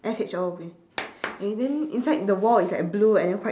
S H O P and then inside the wall it's like blue and then white